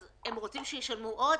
עכשיו הם רוצים שישלמו עוד?